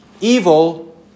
evil